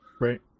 Right